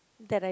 that I